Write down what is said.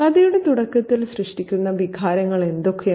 കഥയുടെ തുടക്കത്തിൽ സൃഷ്ടിക്കുന്ന വികാരങ്ങൾ എന്തൊക്കെയാണ്